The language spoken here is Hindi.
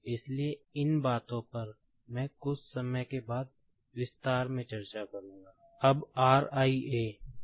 इसलिए इन बातों पर मैं कुछ समय बाद विस्तार में चर्चा करूंगा